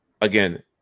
again